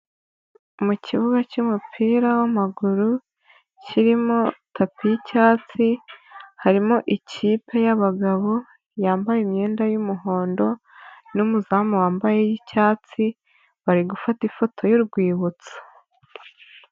Mu kibuga cy'umupira w'amaguru kirimo tapi y'icyatsi harimo ikipe y'abagabo yambaye imyenda y'umuhondo n'umuzamu wambaye iy'icyatsi bari gufata ifoto y'urwibutso.